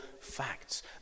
facts